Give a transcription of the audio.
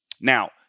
Now